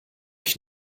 ich